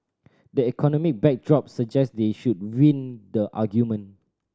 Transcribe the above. the economic backdrop suggest they should win the argument